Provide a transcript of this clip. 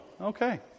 Okay